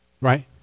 Right